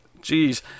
Jeez